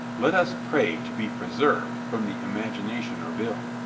let us pray to be preserved from the imagination of ill.